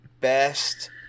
best